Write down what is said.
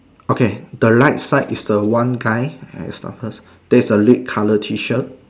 okay the light side is the one guy there is a red color tee shirt